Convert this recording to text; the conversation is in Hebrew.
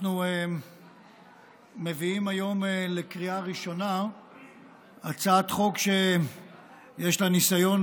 אנחנו מביאים היום לקריאה ראשונה הצעת חוק שיש לה ניסיון,